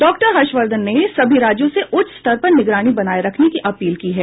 doctor Harshvardhan ने सभी राज्यों से उच्च स्तर पर निगरानी बनाए रखने की अपील की है